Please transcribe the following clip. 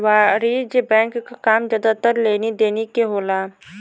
वाणिज्यिक बैंक क काम जादातर लेनी देनी के होला